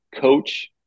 coach